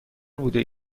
بوده